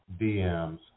DMs